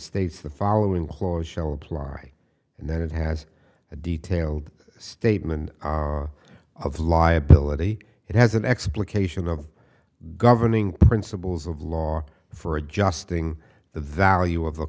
states the following close show apply and that it has a detailed statement of liability it has an explication of governing principles of law for adjusting the value of